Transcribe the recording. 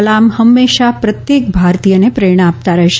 કલામ હંમેશા પ્રત્યેક ભારતીયને પ્રેરણા આપતા રહેશે